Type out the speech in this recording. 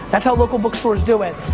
that's how local book stores do it,